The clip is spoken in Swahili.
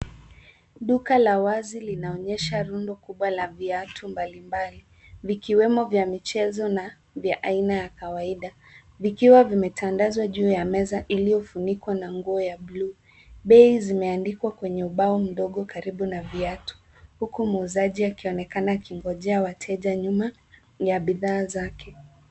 Duka la wazi linaonyesha rundo kubwa la viatu mbalimbali, vikiwemo vya michezo, na vya aina ya kawaida, vikiwa vimetandazwa juu ya meza iliofunikwa nguo ya blue . Bei zimeandikwa kwenye ubao mdogo karibu na viatu, huku muuzaji akionekana akingojea wateja nyuma ya bidhaa zake.